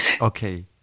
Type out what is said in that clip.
Okay